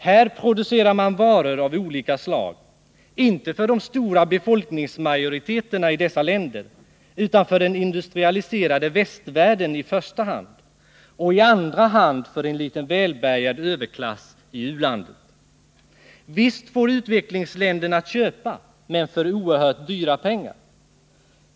Här producerar man varor av olika slag — inte för de stora befolkningsmajoriteterna i dessa länder utan i första hand för den industrialiserade västvärlden och i andra hand för en liten välbärgad överklass i u-landet. Visst får utvecklingsländerna köpa, men för oerhört dyra pengar.